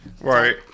Right